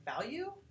value